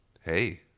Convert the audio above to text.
Hey